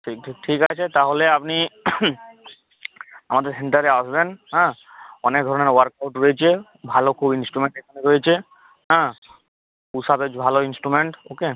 ঠিক ঠিক ঠিক আছে তাহলে আপনি আমাদের সেন্টারে আসবেন হ্যাঁ অনেক ধরনের ওয়ার্কআউট রয়েছে ভালো খুব ইন্সট্রুমেন্ট এখানে রয়েছে হ্যাঁ পুস আপের ভালো ইন্সট্রুমেন্ট ওকে